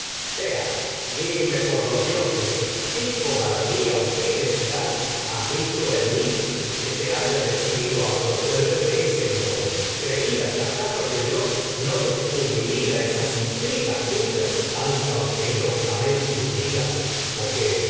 cobardía o los mí dioses que qué qué necedad de visto en te haya decidido a proceder modo creías acaso lió tragedias dé sófocílésí que yo no descubriría o esas intrigas tuyas tan cautelo no samente urdidas que